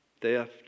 Theft